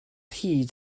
hyd